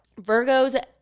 Virgos